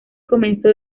comenzó